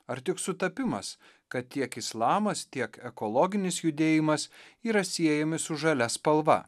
ar tik sutapimas kad tiek islamas tiek ekologinis judėjimas yra siejami su žalia spalva